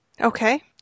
Okay